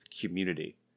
community